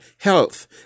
health